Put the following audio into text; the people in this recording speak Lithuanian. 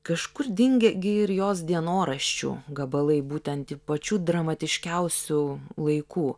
kažkur dingę ir jos dienoraščių gabalai būtent pačių dramatiškiausių laikų